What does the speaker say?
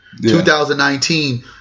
2019